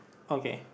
okay